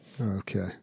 Okay